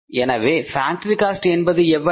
எனவே factory cost என்பது எவ்வளவு